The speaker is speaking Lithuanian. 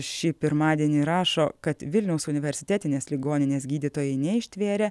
šį pirmadienį rašo kad vilniaus universitetinės ligoninės gydytojai neištvėrė